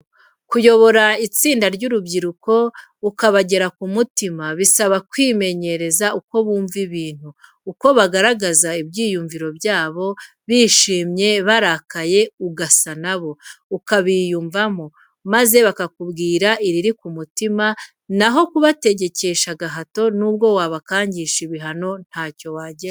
Kuyobora itsinda ry'urubyiruko, ukabagera ku mutima, bisaba kwimenyereza uko bumva ibintu, uko bagaragaza ibyiyumvo byabo, bishimye, barakaye, ugasa na bo, ukabiyumvamo, maze bakakubwira iriri ku mutima na ho kubategekesha agahato n'ubwo wabakangisha ibihano nta cyo wageraho.